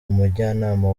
umujyanama